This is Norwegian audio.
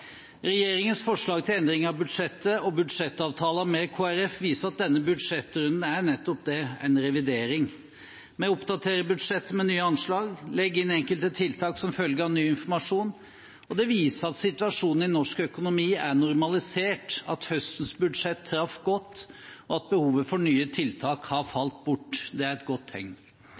Regjeringens forslag til endringer av budsjettet og budsjettavtalen med Kristelig Folkeparti viser at denne budsjettrunden er nettopp det – en revidering. Vi oppdaterer budsjettet med nye anslag og legger inn enkelte tiltak som følge av ny informasjon. Dette viser at situasjonen i norsk økonomi er normalisert, at høstens budsjett traff godt, og at behovet for nye tiltak har falt bort. Det er et godt tegn.